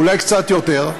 אולי קצת יותר,